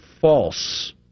false